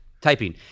typing